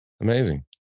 Amazing